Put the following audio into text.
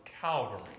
Calvary